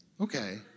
Okay